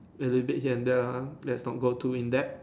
and they did here and there lah lets don't go too in deep